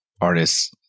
artists